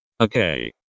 Okay